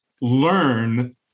learn